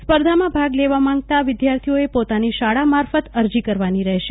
સ્પર્ધમાં ભાગલેવા માંગતા વિદ્યાર્થીઓએ પોતાની શાળા મારફત અરજી કરવાની રહેશે